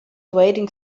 trading